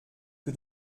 que